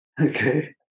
Okay